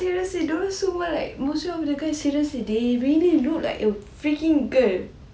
seriously dia orang semua like most of the guys seriously they really look like a freaking girl